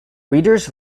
readers